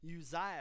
Uzziah